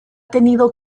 tenido